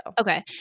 Okay